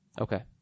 Okay